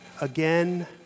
again